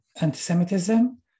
anti-Semitism